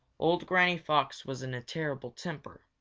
old granny fox was in a terrible temper.